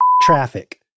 traffic